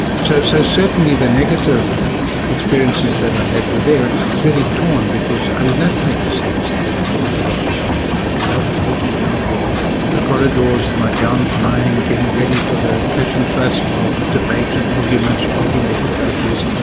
so so certainly the negative experiences that i had were there, and i was really torn, because i loved practising as an advocate at the bar in cape town, i loved walking down the the corridors with my gown flying, getting ready for the cut and thrust of debate and argument, and arguing with the judges.